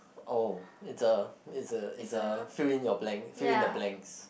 oh it's a it's a it's a fill in your blanks fill in the blanks